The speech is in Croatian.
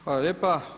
Hvala lijepa.